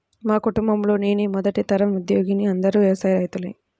మా కుటుంబంలో నేనే మొదటి తరం ఉద్యోగిని అందరూ వ్యవసాయ రైతులే